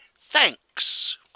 Thanks